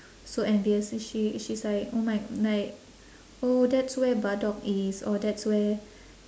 so envious and she she's like oh my like oh that's where badoque is or that's where